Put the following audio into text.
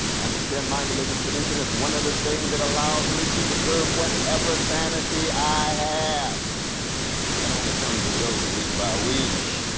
understand my religious tradition as one of the things that allows me to preserve whatever sanity i have. and that only comes and goes week by week.